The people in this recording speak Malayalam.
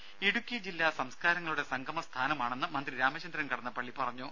ദേദ ഇടുക്കി ജില്ല സംസ്കാരങ്ങളുടെ സംഗമ സ്ഥാനമാണെന്ന് മന്ത്രി രാമചന്ദ്രൻ കടന്നപ്പള്ളി പറഞ്ഞു